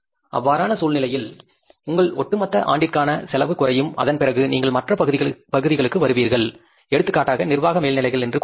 அவ்வாறான நிலையில் உங்கள் ஒட்டுமொத்த ஆண்டிற்கான செலவு குறையும் அதன் பிறகு நீங்கள் மற்ற பகுதிகளுக்கு வருவீர்கள் எடுத்துக்காட்டாக நிர்வாக மேல்நிலைகள் என்று கூறுங்கள்